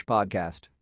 Podcast